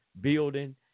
building